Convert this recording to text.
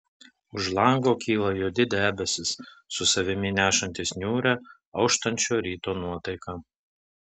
už lango kyla juodi debesys su savimi nešantys niūrią auštančio ryto nuotaiką